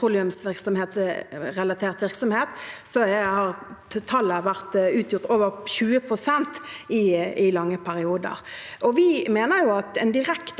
har tallet utgjort over 20 pst. i lange perioder. Vi mener at en direkte